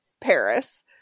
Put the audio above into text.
Paris